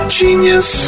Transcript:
genius